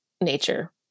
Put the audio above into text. nature